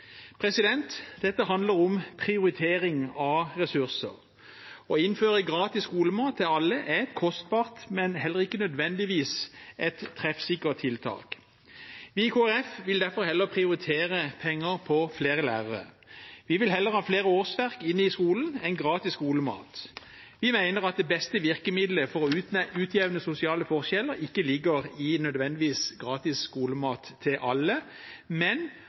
Dette handler om prioritering av ressurser. Å innføre gratis skolemat til alle er et kostbart og heller ikke nødvendigvis treffsikkert tiltak. Vi i Kristelig Folkeparti vil derfor heller prioritere penger til flere lærere. Vi vil heller ha flere årsverk inn i skolen enn gratis skolemat. Vi mener at det beste virkemiddelet for å utjevne sosiale forskjeller ikke nødvendigvis ligger i gratis skolemat til alle, men